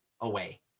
away